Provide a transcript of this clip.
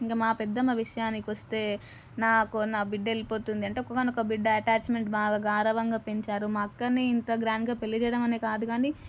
ఇంకా మా పెద్దమ్మ విషయానికి వస్తే నా నా బిడ్డ వెళ్ళిపోతుంది అంటే ఒక్కగానొక్క బిడ్డ అటాచ్మెంట్ బాగా గారాబంగా పెంచారు మా అక్కని ఇంత గ్రాండ్గా పెళ్ళి చేయడం అనే కాదు కానీ